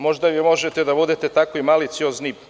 Možda vi možete da budete takvi maliciozni.